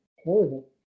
horrible